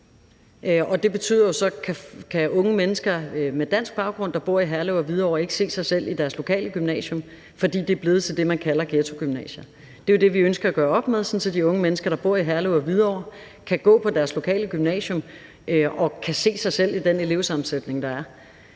det betyder, at så kan unge mennesker med dansk baggrund, der bor i Herlev og Hvidovre, ikke se sig selv i deres lokale gymnasium, fordi det er blevet til det, man kalder et ghettogymnasie. Det er det, vi ønsker at gøre op med, så de unge mennesker, der bor i Herlev og Hvidovre, kan gå på deres lokale gymnasium og kan se sig selv i den elevsammensætning, der er.